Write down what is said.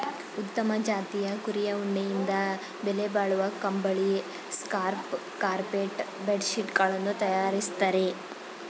ಉತ್ತಮ ಜಾತಿಯ ಕುರಿಯ ಉಣ್ಣೆಯಿಂದ ಬೆಲೆಬಾಳುವ ಕಂಬಳಿ, ಸ್ಕಾರ್ಫ್ ಕಾರ್ಪೆಟ್ ಬೆಡ್ ಶೀಟ್ ಗಳನ್ನು ತರಯಾರಿಸ್ತರೆ